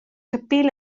capir